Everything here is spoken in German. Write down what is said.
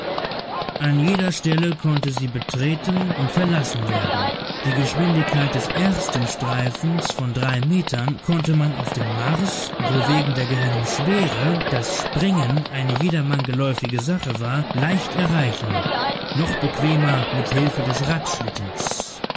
an jeder stelle konnte sie betreten und verlassen werden die geschwindigkeit des ersten streifens von drei metern konnte man auf dem mars wo wegen der geringeren schwere das springen eine jedermann geläufige sache war leicht erreichen noch bequemer mit hilfe des